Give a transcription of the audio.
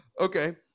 okay